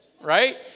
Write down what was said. right